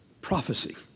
prophecy